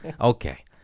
okay